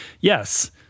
yes